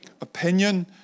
opinion